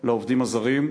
של העובדים הזרים,